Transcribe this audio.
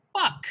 fuck